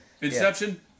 inception